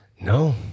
No